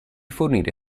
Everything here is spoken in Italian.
fornire